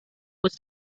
was